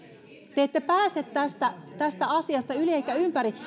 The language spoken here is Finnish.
te ette pääse tästä tästä asiasta yli ettekä ympäri